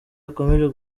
akomeje